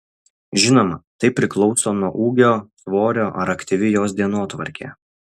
žinoma tai priklauso nuo ūgio svorio ar aktyvi jos dienotvarkė